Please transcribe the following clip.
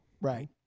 Right